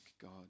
God